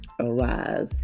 arise